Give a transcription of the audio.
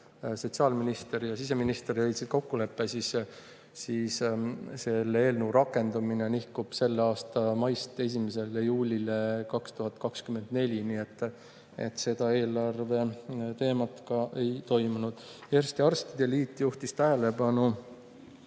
sotsiaalminister ja siseminister – jõudsid kokkuleppele, siis selle eelnõu rakendamine nihkub selle aasta maist 1. juulile 2024. Seda eelarve teema [arutelu] ei toimunud. Eesti Arstide Liit juhtis tähelepanu